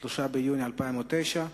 3 ביוני 2009,